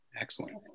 Excellent